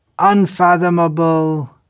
unfathomable